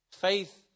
Faith